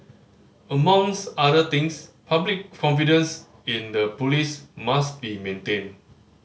amongst other things public confidence in the police must be maintained